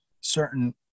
certain